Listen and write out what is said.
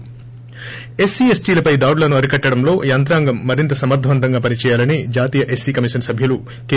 ి ప్రిస్పి ఎస్టీలపై దాడులను అరికట్టడంలో యంత్రాంగం మరింత సమర్గవంతంగా పని చేయాలని జాతీయ ఎస్పీ కమిషన్ సభ్యులు కె